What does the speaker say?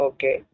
Okay